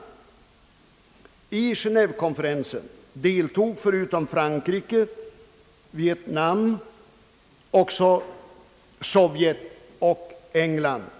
I Geneévekonferensen deltog förutom Frankrike och Vietnam också bland andra Sovjet och England.